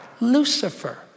Lucifer